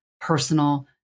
personal